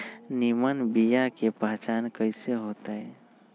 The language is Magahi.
निमन बीया के पहचान कईसे होतई?